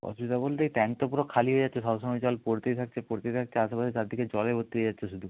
অসুবিধা বলতে ট্যাঙ্ক তো পুরো খালি হয়ে যাচ্ছে সব সময় জল পড়তেই থাকছে পড়তেই থাকছে আশেপাশে চারদিকে জলে ভর্তি হয়ে যাচ্ছে শুধু